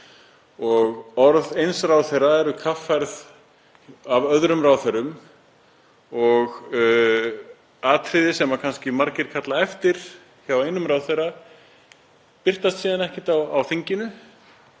Orð eins ráðherra eru kaffærð af öðrum ráðherrum og atriði sem margir kalla eftir hjá einum ráðherra birtast síðan ekkert á þinginu